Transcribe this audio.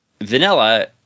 vanilla